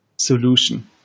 solution